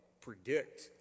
predict